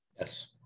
Yes